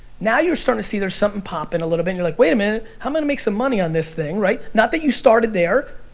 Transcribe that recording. now you're starting to see there's something popping a little bit, and you're like wait a minute, i'm gonna make some money on this thing, right. not that you started there,